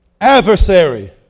Adversary